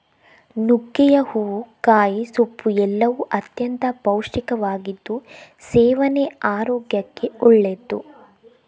ನುಗ್ಗೆಯ ಹೂವು, ಕಾಯಿ, ಸೊಪ್ಪು ಎಲ್ಲವೂ ಅತ್ಯಂತ ಪೌಷ್ಟಿಕವಾಗಿದ್ದು ಸೇವನೆ ಆರೋಗ್ಯಕ್ಕೆ ಒಳ್ಳೆದ್ದು